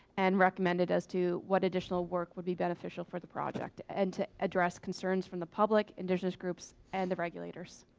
and recommended as to what additional work would be beneficial for the project, and to address concerns from the public indigenous groups, and the regulators.